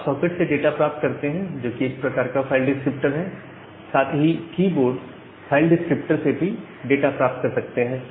आप सॉकेट से डाटा प्राप्त कर सकते हैं जो कि एक प्रकार का फाइल डिस्क्रिप्टर है साथ ही की बोर्ड फाइल डिस्क्रिप्टर से भी डाटा प्राप्त कर सकते हैं